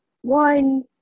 One